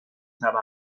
توقع